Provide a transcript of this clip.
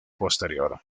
posterior